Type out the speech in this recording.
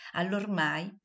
all'ormai